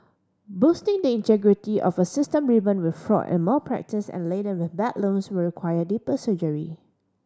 boosting the integrity of a system riven with fraud and malpractice and laden with bad loans will require deeper surgery